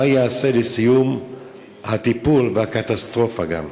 מה ייעשה לסיום הטיפול, והקטסטרופה גם?